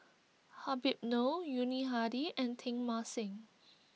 Habib Noh Yuni Hadi and Teng Mah Seng